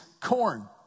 corn